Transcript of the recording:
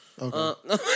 Okay